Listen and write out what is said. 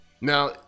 Now